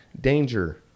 danger